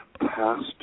passed